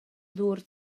ddŵr